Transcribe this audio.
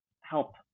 help